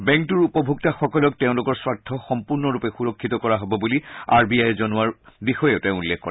বেংকটোৰ উপভোক্তাসকলক তেওঁলোকৰ স্বাৰ্থ সম্পূৰ্ণৰূপে সুৰক্ষিত কৰা হ'ব বুলি আৰ বি আয়ে জনোৱাৰ বিষয়েও তেওঁ উল্লেখ কৰে